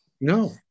No